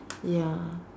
ya